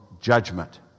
judgment